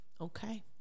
Okay